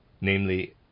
Namely